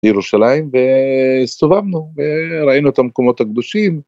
ירושלים והסתובבנו וראינו את המקומות הקדושים.